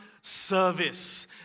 service